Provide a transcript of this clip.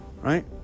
right